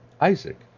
Isaac